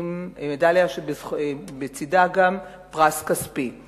מדליה שבצדה גם פרס כספי,